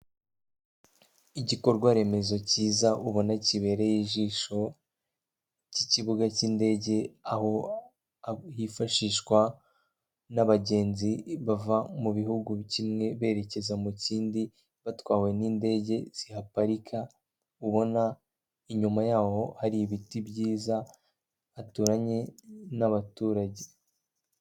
Igikorwa remezo cyiza ubona kibereye ijisho ry'ikibuga cy'indege aho hifashishwa n'abagenzi bava mu gihugu kimwe berekeza mu kindi batwawe n'indege zihaparika ubona inyuma yaho hari ibiti byiza haturanye n'abaturage.